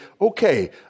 okay